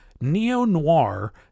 neo-noir